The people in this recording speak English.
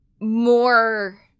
more